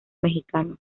mexicano